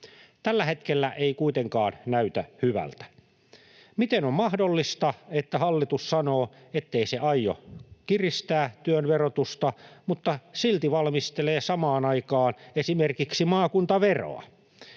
Tällä hetkellä ei kuitenkaan näytä hyvältä. Miten on mahdollista, että hallitus sanoo, ettei se aio kiristää työn verotusta, mutta silti valmistelee samaan aikaan esimerkiksi maakuntaveroa?